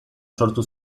sortu